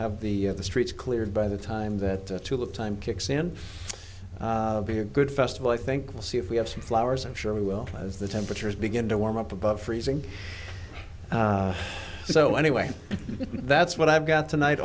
have the streets cleared by the time that tulip time kicks and be a good festival i think we'll see if we have some flowers i'm sure we will as the temperatures begin to warm up above freezing so anyway that's what i've got tonight